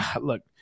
look